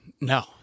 no